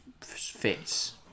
fits